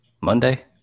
Monday